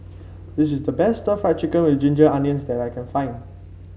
this is the best Stir Fried Chicken with Ginger Onions that I can find